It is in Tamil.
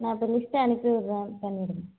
நான் இப்போ லிஸ்ட்டு அனுப்பிவிடுறேன் பண்ணிவிடுங்க